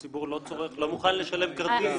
הציבור לא מוכן לשלם כרטיס?